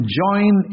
join